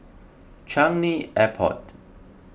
Changi Airport